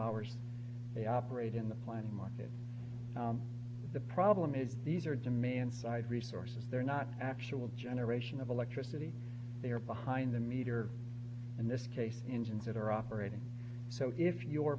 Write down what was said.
hours they operate in the planning market the problem is these are demand side resources they're not actual generation of electricity they are behind the meter in this case engine that are operating so if you